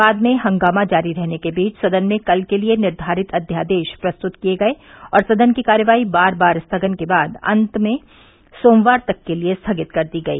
बाद में हंगामा जारी रहने के बीच सदन में कल के लिये निर्घारित अध्यादेश प्रस्तुत किये गये और सदन की कार्यवाही बार बार स्थगन के बाद अंत में सोमवार तक के लिये स्थगित कर दी गई